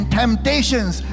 temptations